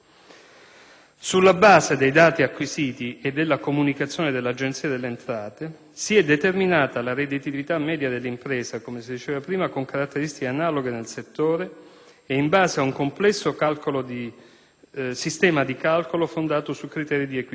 Sulla base dei dati acquisiti e della comunicazione dell'Agenzia delle entrate, si è determinata la redditività media dell'impresa - come si diceva prima - con caratteristiche analoghe nel settore e in base ad un complesso sistema di calcolo fondato su criteri di equità.